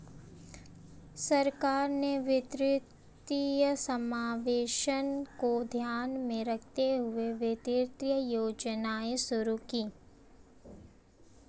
सरकार ने वित्तीय समावेशन को ध्यान में रखते हुए वित्तीय योजनाएं शुरू कीं